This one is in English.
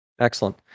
Excellent